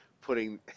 putting